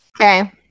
Okay